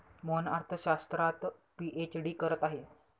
मोहन अर्थशास्त्रात पीएचडी करत आहे